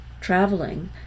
traveling